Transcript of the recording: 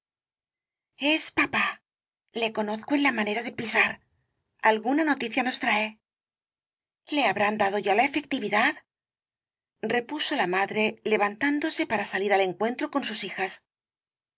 es papá le conozco en la manera de pisar alguna noticia nos trae le habrán dado ya la efectividad repuso la madre levantándose para salir al encuentro con sus hijas